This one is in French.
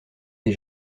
des